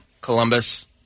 Columbus